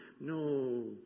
No